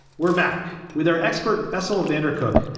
we're back with our expert, bessel vandar cook.